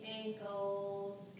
Ankles